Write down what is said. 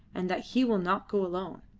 and that he will not go alone.